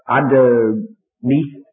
underneath